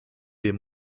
den